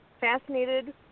Fascinated